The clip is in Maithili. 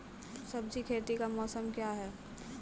सब्जी खेती का मौसम क्या हैं?